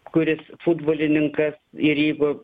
kuris futbolininkas ir jeigu